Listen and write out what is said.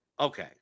Okay